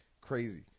crazy